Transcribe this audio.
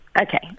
Okay